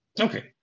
Okay